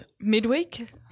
Midweek